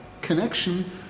connection